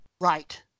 Right